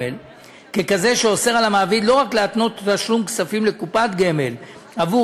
ככזה שאוסר על המעביד לא רק להתנות תשלום כספים לקופת גמל עבור